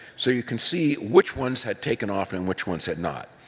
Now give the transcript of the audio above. so you can see which ones had taken off and which ones had not.